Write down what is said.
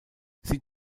sie